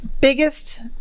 biggest